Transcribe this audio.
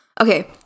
Okay